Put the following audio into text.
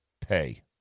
pay